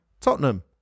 Tottenham